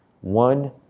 One